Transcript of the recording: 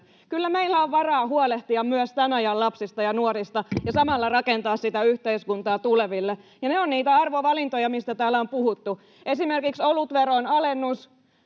Kyllä meillä on varaa huolehtia myös tämän ajan lapsista ja nuorista ja samalla rakentaa sitä yhteiskuntaa tuleville. Ne ovat niitä arvovalintoja, mistä täällä on puhuttu. Esimerkiksi olutveron alennus